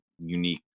unique